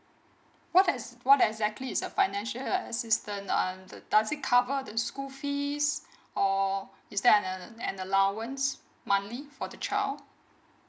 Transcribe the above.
what as what exactly is a financial assistant um does it cover the school fees or is there an allowance monthly for the child